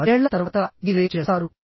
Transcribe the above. పదేళ్ల తర్వాత మీరేం చేస్తారు